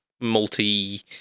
multi